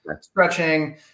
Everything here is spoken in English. stretching